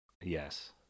yes